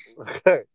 Okay